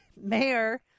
mayor